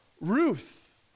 Ruth